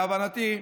להבנתי,